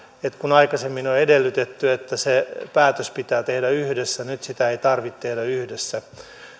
että kun aikaisemmin on edellytetty että se päätös pitää tehdä yhdessä niin nyt sitä ei tarvitse tehdä yhdessä